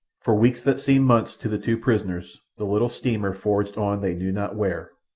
for weeks that seemed months to the two prisoners the little steamer forged on they knew not where.